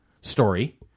story